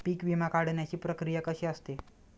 पीक विमा काढण्याची प्रक्रिया कशी असते?